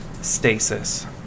stasis